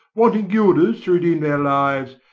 wanting guilders to redeem their lives,